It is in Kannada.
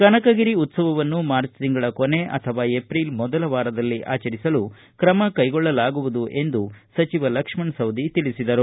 ಕನಕಗಿರಿ ಉತ್ಸವವನ್ನು ಮಾರ್ಚ್ ತಿಂಗಳ ಕೊನೆ ಅಥವಾ ಎಪ್ರಿಲ್ ಮೊದಲ ವಾರದಲ್ಲಿ ಆಚರಿಸಲು ಕ್ರಮ ಕೈಗೊಳ್ಳಲಾಗುವುದು ಎಂದು ಸಚಿವರು ತಿಳಿಸಿದರು